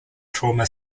trauma